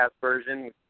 version